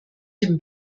dem